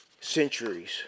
centuries